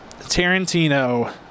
Tarantino